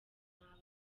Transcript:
n’abana